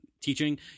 Teaching